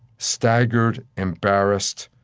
staggered, embarrassed,